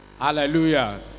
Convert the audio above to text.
hallelujah